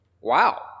wow